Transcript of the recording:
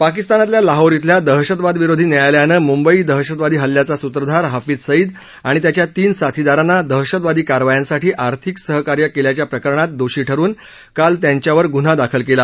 पाकिस्तानातल्या लाहोर इथल्या दहशतवादविरोधी न्यायालयानं मुंबई दहशतवादी हल्ल्याचा सूत्रधार हफिज सईद आणि त्याच्या तीन साथीदारांना दहशतवादी कारवायांसाठी आर्थिक सहकार्य केल्याच्या प्रकरणात दोषी ठरवून काल त्यांच्यावर ग्न्हा दाखल केला